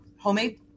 homemade